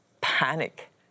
panic